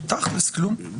תכל'ס כלום.